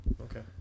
okay